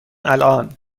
الان